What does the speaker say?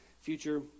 future